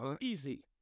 easy